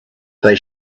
they